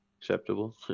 acceptable